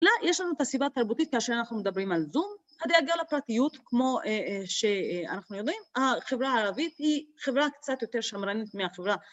‫לא, יש לנו את הסיבה התרבותית ‫כאשר אנחנו מדברים על זום. ‫הדאגה לפרטיות, כמו שאנחנו יודעים, ‫החברה הערבית היא חברה ‫קצת יותר שמרנית מהחברה.